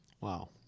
Wow